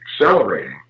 accelerating